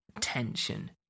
tension